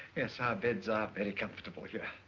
yes, our beds are very comfortable yeah